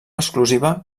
exclusiva